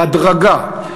בהדרגה,